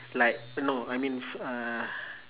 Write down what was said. like no I mean uh